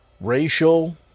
racial